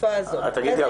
יש לך